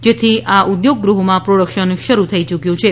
જેથી આ ઉદ્યોગ ગૃહોમાં પ્રોડક્શન શરુ થઈ યૂક્યું છે